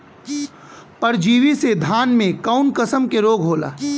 परजीवी से धान में कऊन कसम के रोग होला?